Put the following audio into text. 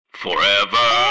forever